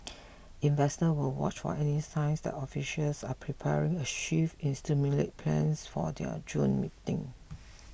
investors will watch why any signs that officials are preparing a shift in stimulus plans for their June meeting